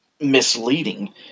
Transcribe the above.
misleading